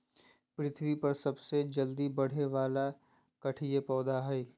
पृथ्वी पर सबसे जल्दी बढ़े वाला काष्ठिय पौधा हइ